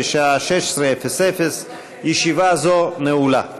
בשעה 16:00. ישיבה זו נעולה.